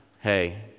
hey